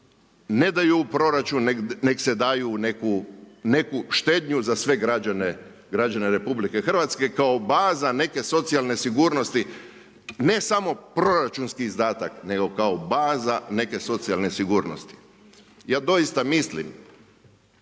ne daju u proračun, nego se daju u neku štednju za sve građane RH kao baza neke socijalne sigurnosti ne samo proračunski izdatak, nego kao baza neke socijalne sigurnosti. Ja doista mislim